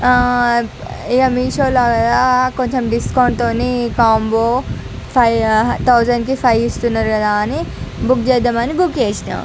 ఇక మీ షోలో కదా కొంచెం డిస్కౌంట్తో కాంబో ఫైవ్ థౌసండ్కి ఫైవ్ ఇస్తున్నారు కదా అని బుక్ చేద్దామని బుక్ చేసిన